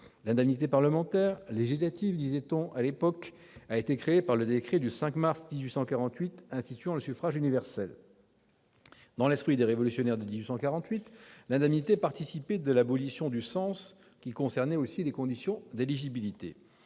L'indemnité parlementaire- législative, disait-on à l'époque -a été créée par le décret du 5 mars 1848 instituant le suffrage universel. Dans l'esprit des révolutionnaires de 1848, l'indemnité participait de l'abolition du cens, qui concernait aussi les conditions d'éligibilité.